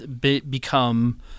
become